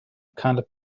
kinda